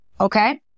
okay